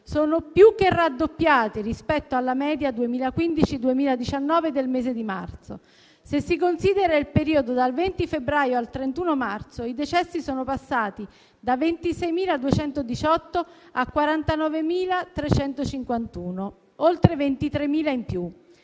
sono più che raddoppiati rispetto alla media 2015/2019 del mese di marzo. Se si considera il periodo dal 20 febbraio al 31 marzo, i decessi sono passati da 26.218 a 49.351, oltre 23.000 in più.